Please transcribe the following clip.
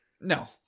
No